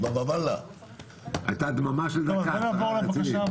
בוא נעבור לסעיף